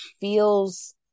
feels